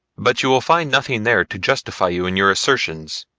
but you will find nothing there to justify you in your assertions.